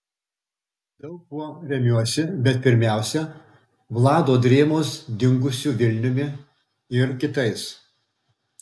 daug kuo remiuosi bet pirmiausia vlado drėmos dingusiu vilniumi ir kitais